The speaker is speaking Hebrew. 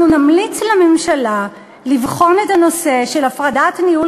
"אנחנו נמליץ לממשלה לבחון את הנושא של הפרדת ניהול